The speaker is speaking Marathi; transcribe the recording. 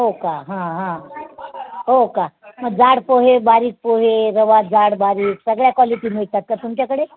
हो का हा हा हो का म जाड पोहे बारीक पोहे रवा जाड बारीक सगळ्या क्वालिटी मिळतात का तुमच्याकडे